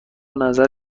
نظر